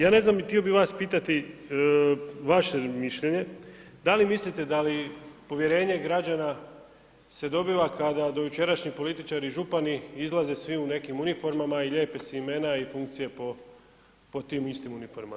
Ja ne znam i htio bih vas pitati vaše mišljenje, da li mislite da povjerenje građana se dobiva kada dojučerašnji političari i župani izlaze svi u nekim uniformama i lijepe si imena i funkcije po tim istim uniformama?